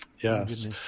Yes